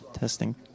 testing